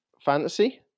Fantasy